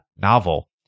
novel